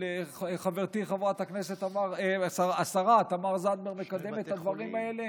וחברתי חברת הכנסת השרה תמר זנדברג מקדמת את הדברים האלה,